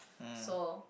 so